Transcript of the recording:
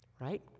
Right